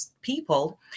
people